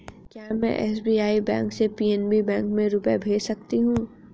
क्या में SBI bank से पी.एन.बी में रुपये भेज सकती हूँ?